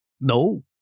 No